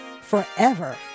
forever